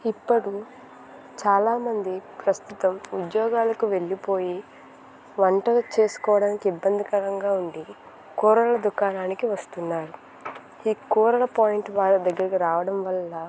ఇప్పుడు చాలామంది ప్రస్తుతం ఉద్యోగాలకు వెళ్ళిపోయి వంటలు చేసుకోడానికి ఇబ్బందికరంగా ఉండి కూరలు దుకాణానికి వస్తున్నారు ఈ కూరల పాయింట్ వాళ్ళ దగ్గరికి రావడం వల్ల